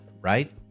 right